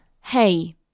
Hey